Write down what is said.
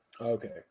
Okay